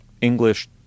English